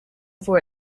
for